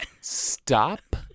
Stop